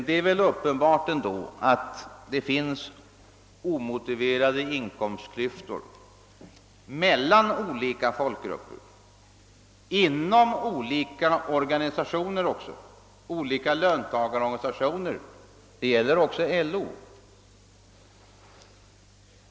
Det är ändå uppenbart att det finns omotiverade inkomstklyftor mellan olika folkgrupper och också inom löntagarorganisationerna — det gäller även LO.